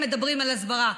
הם מדברים על הסברה,